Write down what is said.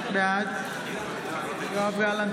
בעד יואב גלנט,